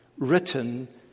written